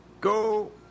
go